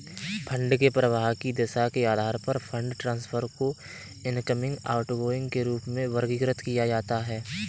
fund के प्रवाह की दिशा के आधार पर फंड ट्रांसफर को इनकमिंग, आउटगोइंग के रूप में वर्गीकृत किया जाता है